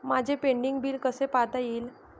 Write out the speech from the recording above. माझे pending bill कसे पाहता येईल?